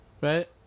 right